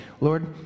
Lord